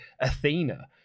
Athena